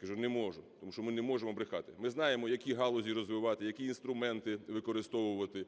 Кажу: "Не можу, тому що ми не можемо брехати". Ми знаємо, які галузі розвивати, які інструменти використовувати.